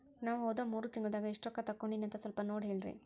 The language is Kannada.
ನಾ ಹೋದ ಮೂರು ತಿಂಗಳದಾಗ ಎಷ್ಟು ರೊಕ್ಕಾ ತಕ್ಕೊಂಡೇನಿ ಅಂತ ಸಲ್ಪ ನೋಡ ಹೇಳ್ರಿ